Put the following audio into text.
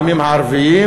העמים הערביים,